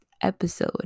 episode